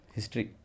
History